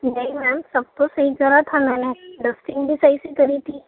نہیں میم سب کچھ صحیح کرا تھا میں نے ڈسٹنگ بھی صحیح سے کری تھی